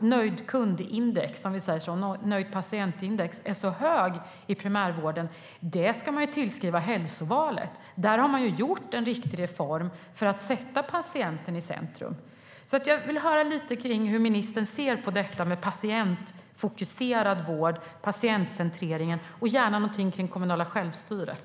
nöjd-patient-index är så högt i primärvården ska man tillskriva hälsovalet. Där har man gjort en riktig reform för att sätta patienten i centrum. Jag vill alltså höra lite om hur ministern ser på detta med patientfokuserad vård, patientcentreringen och gärna någonting kring det kommunala självstyret.